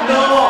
אתה מתווכח, לא.